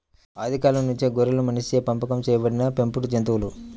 ఆది కాలం నుంచే గొర్రెలు మనిషిచే పెంపకం చేయబడిన పెంపుడు జంతువులు